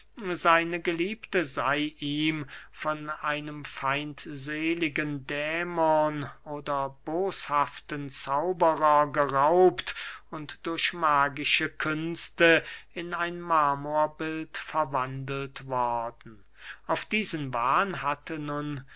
seine geliebte sey ihm von einem feindseligen dämon oder boshaften zauberer geraubt und durch magische künste in ein marmorbild verwandelt worden auf diesen wahn hatte nun